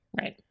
Right